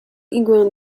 igłę